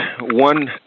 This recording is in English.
one